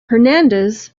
hernandez